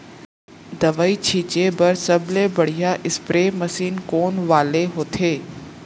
दवई छिंचे बर सबले बढ़िया स्प्रे मशीन कोन वाले होथे?